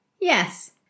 Yes